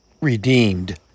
redeemed